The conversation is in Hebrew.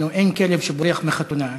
אין כלב שבורח מחתונה.